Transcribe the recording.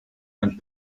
ein